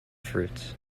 fruits